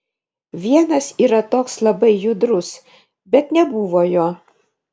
vienas yra toks labai judrus bet nebuvo jo